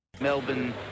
Melbourne